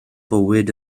bywyd